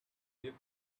they